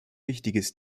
wichtiges